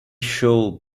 show